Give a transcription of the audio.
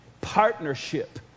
partnership